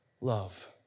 love